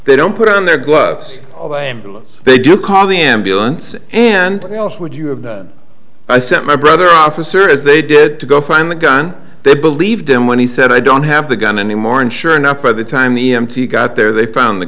they don't put on their gloves all the ambulance they do call the ambulance and else would you have i sent my brother officer as they did to go find the gun they believed him when he said i don't have the gun anymore and sure enough by the time the mt got there they found the